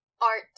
art